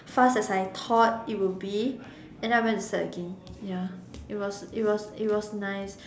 fast as I thought it would be and then I went to sat again ya it was it was it was nice